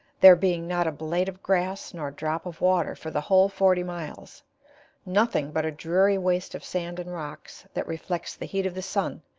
there being not a blade of grass nor drop of water for the whole forty miles nothing but a dreary waste of sand and rocks that reflects the heat of the sun,